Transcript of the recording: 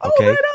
Okay